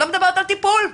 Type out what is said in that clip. לא מדברת על טיפול.